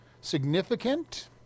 significant